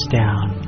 down